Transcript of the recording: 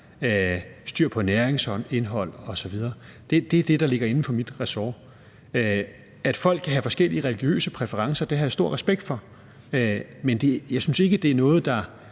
styr på næringsindhold osv. Det er det, der ligger inden for mit ressort. At folk kan have forskellige religiøse præferencer, har jeg stor respekt for, men jeg synes ikke, at det er noget, der